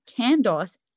Candos